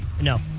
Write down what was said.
No